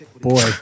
Boy